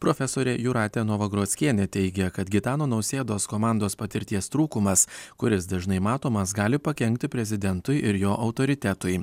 profesorė jūratė novagrockienė teigia kad gitano nausėdos komandos patirties trūkumas kuris dažnai matomas gali pakenkti prezidentui ir jo autoritetui